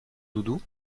doudou